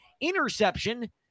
interception